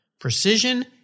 precision